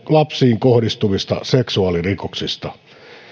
lapsiin kohdistuvista seksuaalirikoksista